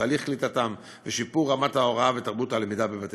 במערכת החינוך בין